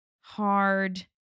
hard